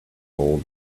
old